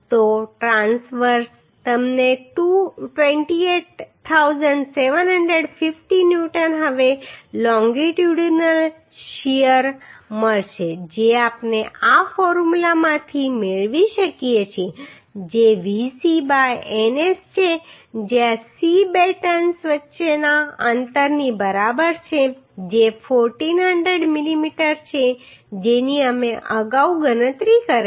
તો ટ્રાંસવર્સ તમને 28750 ન્યૂટન હવે લોન્ગીટ્યુડીનલ શીયર મળશે જે આપણે આ ફોર્મ્યુલામાંથી મેળવી શકીએ છીએ જે VC બાય NS છે જ્યાં C બેટન્સ વચ્ચેના અંતરની બરાબર છે જે 1400 mm છે જેની અમે અગાઉ ગણતરી કરી છે